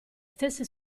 stesse